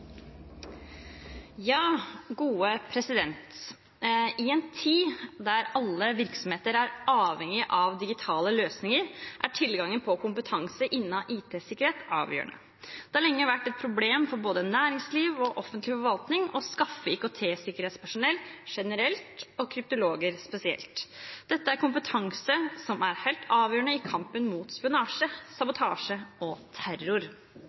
av digitaliserte løsninger, er tilgangen på kompetanse innen IT-sikkerhet avgjørende. Det har lenge vært et problem for både næringslivet og offentlig forvaltning å skaffe IKT-sikkerhetspersonell generelt og kryptologer spesielt. Dette er kompetanse som er helt avgjørende i kampen mot spionasje, sabotasje og terror.